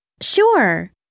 Sure